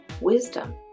wisdom